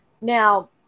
Now